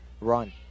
run